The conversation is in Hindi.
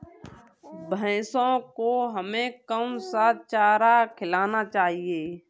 भैंसों को हमें कौन सा चारा खिलाना चाहिए?